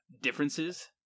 differences